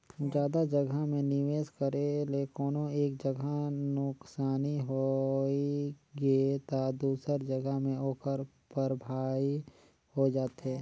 जादा जगहा में निवेस करे ले कोनो एक जगहा नुकसानी होइ गे ता दूसर जगहा में ओकर भरपाई होए जाथे